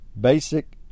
Basic